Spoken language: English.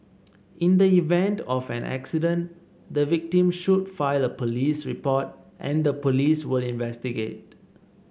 in the event of an accident the victim should file a police report and the police will investigate